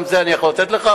גם את זה אני יכול לתת לך,